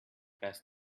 best